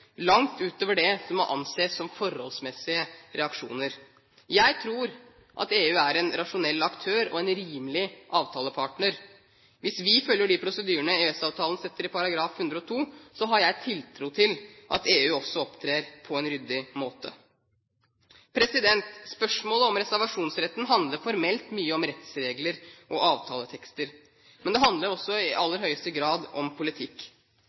langt utover det som må anses som forholdsmessige reaksjoner. Jeg tror at EU er en rasjonell aktør og en rimelig avtalepartner. Hvis vi følger de prosedyrene EØS-avtalen setter i artikkel 102, har jeg tiltro til at EU også opptrer på en ryddig måte. Spørsmålet om reservasjonsretten handler formelt mye om rettsregler og avtaletekster, men det handler også i aller høyeste grad om politikk.